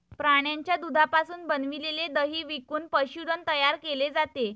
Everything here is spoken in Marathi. प्राण्यांच्या दुधापासून बनविलेले दही विकून पशुधन तयार केले जाते